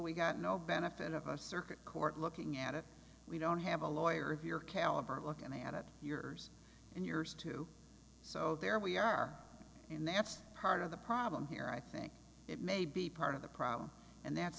we got no benefit of a circuit court looking at it we don't have a lawyer of your caliber looking at it yours and yours too so there we are and that's part of the problem here i think it may be part of the problem and that's